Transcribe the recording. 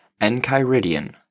Enchiridion